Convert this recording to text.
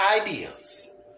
ideas